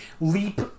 leap